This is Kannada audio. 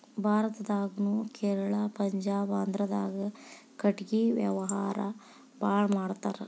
ಭಾರತದಾಗುನು ಕೇರಳಾ ಪಂಜಾಬ ಆಂದ್ರಾದಾಗ ಕಟಗಿ ವ್ಯಾವಾರಾ ಬಾಳ ಮಾಡತಾರ